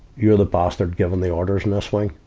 you're the bastard giving the orders in this wing?